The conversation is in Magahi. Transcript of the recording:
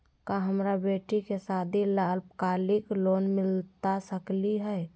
का हमरा बेटी के सादी ला अल्पकालिक लोन मिलता सकली हई?